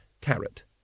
Carrot